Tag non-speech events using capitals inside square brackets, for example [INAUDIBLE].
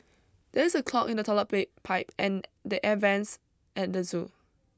there is a clog in the toilet [UNINTELLIGIBLE] pipe and the air vents at the zoo